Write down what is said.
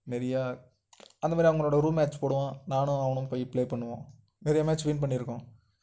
நிறையா அந்த மாதிரி அவங்களோட ரூம் மேட்ச் போடுவோம் நானும் அவனும் போய் ப்ளே பண்ணுவோம் நிறையா மேட்ச் வின் பண்ணிருக்கோம்